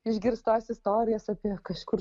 išgirstos istorijos apie kažkur